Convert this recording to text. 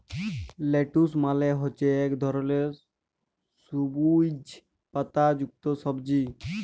lettuce মালে হছে ইক ধরলের সবুইজ পাতা যুক্ত সবজি